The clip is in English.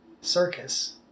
circus